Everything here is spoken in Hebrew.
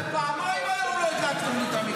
מה זה, פעמיים היום לא הדלקתם לי את המיקרופון.